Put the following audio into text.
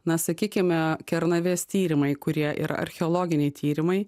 na sakykime kernavės tyrimai kurie yra archeologiniai tyrimai